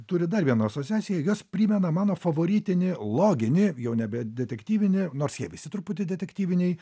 turi dar vieną asociaciją jos primena mano favoritinį loginį jau nebe detektyvinį nors jie visi truputį detektyviniai